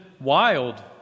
wild